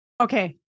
okay